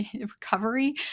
recovery